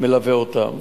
מלווה אותן,